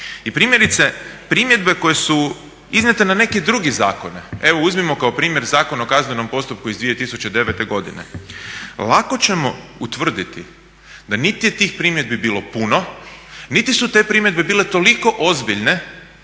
i primjerice primjedbe koje su iznijete na neke druge zakone, evo uzmimo kao primjer Zakon o kaznenom postupku iz 2009. godine. Lako ćemo utvrditi da niti je tih primjedbi bilo puno, niti su te primjedbe bile toliko ozbiljne